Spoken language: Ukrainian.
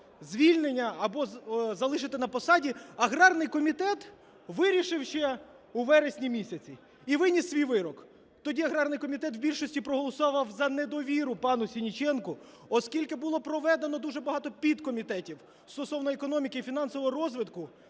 звільнення або залишити на посаді, аграрний комітет вирішив ще у вересні місяці і виніс свій вирок. Тоді аграрний комітет в більшості проголосував за недовіру пану Сенниченку, оскільки було проведено дуже багато підкомітетів стосовно економіки і фінансового розвитку,